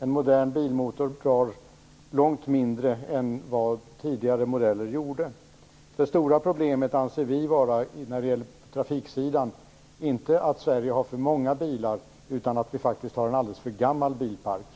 En modern bilmotor drar ju långt mindre bränsle än vad tidigare modeller gjorde. Vi anser inte att det stora problemet på trafiksidan är att det är för många bilar i Sverige. I stället är det stora problemet den alldeles för gamla bilparken.